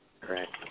Correct